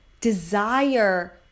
desire